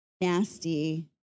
nasty